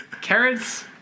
Carrots